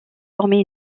former